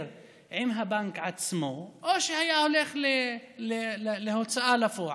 עם הבנק עצמו או היה הולך להוצאה לפועל,